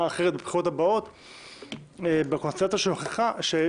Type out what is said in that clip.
אחרת בבחירות הבאות בקונסטלציה הנוכחית